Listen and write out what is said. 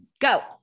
Go